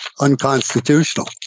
unconstitutional